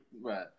right